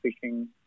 fishing